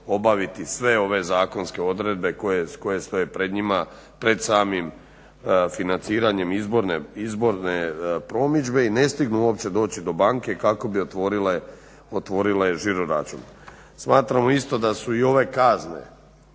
obaviti sve ove zakonske odredbe koje stoje pred njima, pred samim financiranjem izborne promidžbe i ne stignu uopće doći do banke kako bi otvorile žiroračun. Smatramo isto da su i ove kazne